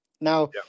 Now